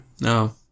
no